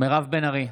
מירב בן ארי,